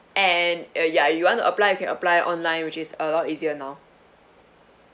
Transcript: uh and ya if you want to apply you can apply online which is a lot easier now